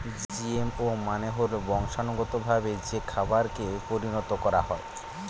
GMO মানে হল বংশানুগতভাবে যে খাবারকে পরিণত করা হয়